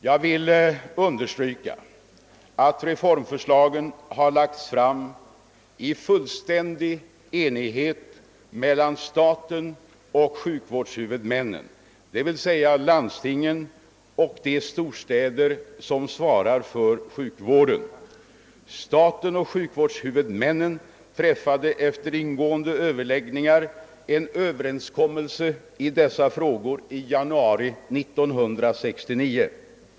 Jag vill understryka att reformförslagen har lagts fram i fullständig enighet mellan staten och sjukvårdshuvudmännen, d.v.s. landstingen och de storstäder som svarar för sjukvården. Staten och sjukvårdshuvudmännen träffade efter ingående överläggningar en Överenskommelse i dessa frågor under januari 1969.